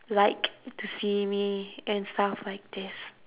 like to see me and stuff like this